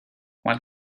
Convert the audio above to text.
what